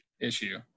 issue